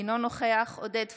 אינו נוכח עודד פורר,